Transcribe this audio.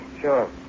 Sure